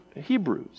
Hebrews